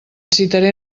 citaré